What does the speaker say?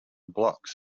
blocks